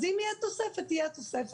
אז אם תהיה תוספת תהיה תוספת,